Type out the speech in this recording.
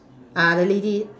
uh the lady